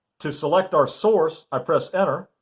to select our source, i press enter.